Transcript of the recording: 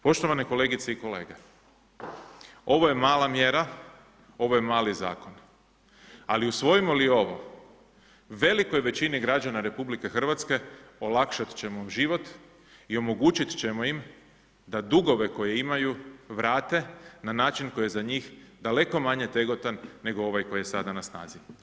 Poštovane kolegice i kolege, ovoje mala mjera, ovo je mali zakon ali usvojimo li ovo, velikoj većini građana RH olakšat ćemo život i omogućit ćemo im da dugove koje imaju vrate na način koji je za njih daleko manje tegoban nego ovaj koji je sada na snazi.